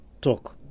talk